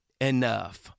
enough